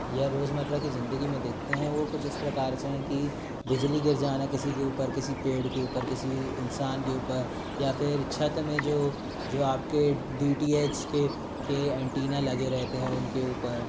या रोज़मर्रा की ज़िन्दगी में देखते हैं वो कुछ इस प्रकार से हैं कि बिजली गिर जाना किसी के ऊपर किसी पेड़ के ऊपर किसी इंसान के ऊपर या फिर छत में जो जो आपके डी टी एच के के एंटीना लगे रहते हैं उनके ऊपर